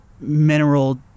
mineral